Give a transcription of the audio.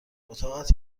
اتاقت